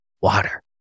water